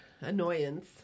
annoyance